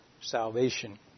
salvation